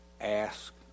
ask